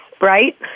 right